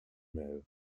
mail